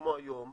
כמו היום,